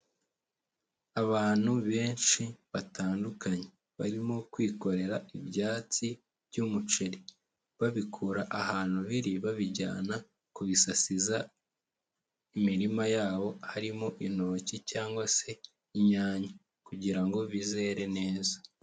Abantu benshi batandukanye barimo kwikorera ibyatsi bymuceri, babikura ahantu biri babijyana ku bisasiza imirima yabo harimo intoki cyangwa se inyanya kugirango ngo bizere neza.